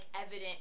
evident